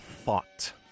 thought